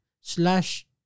slash